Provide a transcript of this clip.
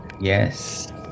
Yes